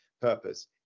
purpose